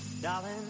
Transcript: Darling